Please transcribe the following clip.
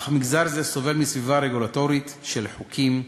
אך מגזר זה סובל מסביבה רגולטורית של חוקים,